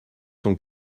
son